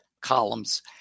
columns